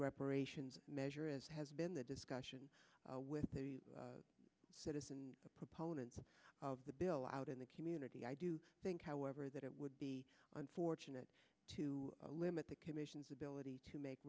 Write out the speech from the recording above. reparations measure as has been the discussion with the citizen a proponent of the bill out in the community i do think however that it would be unfortunate to limit the commission's ability to make